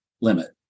limit